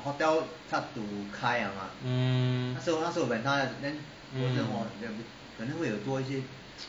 mm mm